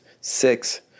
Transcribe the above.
six